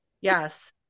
Yes